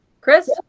Chris